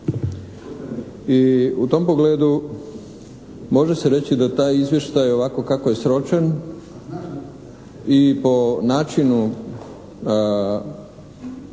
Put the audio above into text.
I u tom pogledu može se reći da taj izvještaj ovako kako je sročen i po načinu